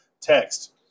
text